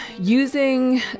using